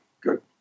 good